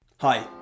Hi